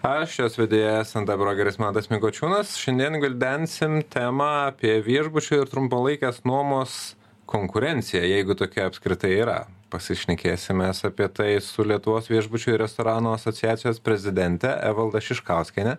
aš jos vedėjas nt brokeris mantas mikočiūnas šiandien gvildensim temą apie viešbučių ir trumpalaikės nuomos konkurenciją jeigu tokia apskritai yra pasišnekėsim mes apie tai su lietuvos viešbučių ir restoranų asociacijos prezidente evalda šiškauskiene